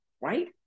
right